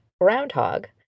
Groundhog